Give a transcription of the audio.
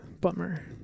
Bummer